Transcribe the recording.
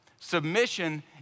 Submission